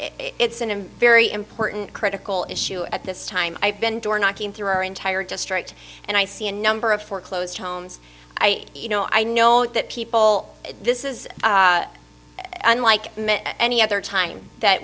it's in a very important critical issue at this time i've been door knocking through our entire district and i see a number of foreclosed homes i you know i know that people this is unlike any other time that